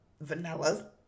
vanilla